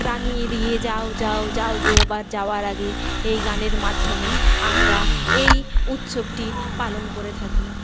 রাঙিয়ে দিয়ে যাও যাও যাও গো এবার যাওয়ার আগে এই গানের মাধ্যমে আমরা এই উৎসবটি পালন করে থাকি